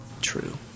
true